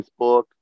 Facebook